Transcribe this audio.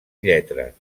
lletres